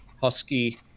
husky